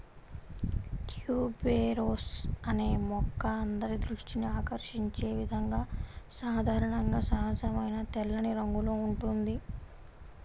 tuberose అనే మొక్క అందరి దృష్టిని ఆకర్షించే విధంగా సాధారణంగా సహజమైన తెల్లని రంగులో ఉంటుంది